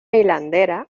hilandera